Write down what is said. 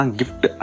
gift